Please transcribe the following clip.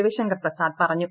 രവിശങ്കർ പ്രസാദ് പറഞ്ഞു